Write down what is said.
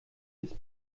ist